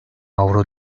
avro